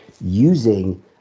using